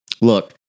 Look